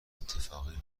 اتفاقی